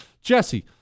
Jesse